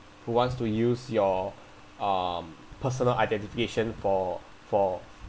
who wants to use your um personal identification for for